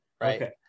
right